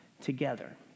together